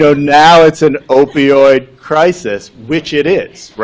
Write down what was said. so now it's an opioid crisis, which it is,